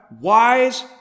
wise